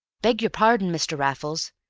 beg yer pardon, mr. raffles,